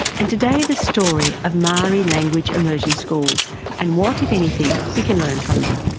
and today the story of maori language immersion schools and what, if anything, we can learn from them.